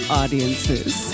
audiences